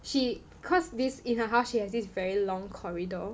she because this in her house she has this very long corridor